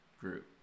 group